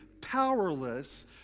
powerless